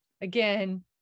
again